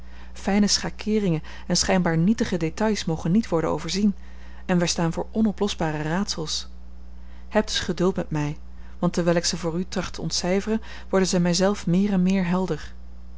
fijne schakeeringen en schijnbaar nietige détails mogen niet worden overzien en wij staan voor onoplosbare raadsels heb dus geduld met mij want terwijl ik ze voor u tracht te ontcijferen worden zij mij zelf meer en meer helder